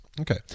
Okay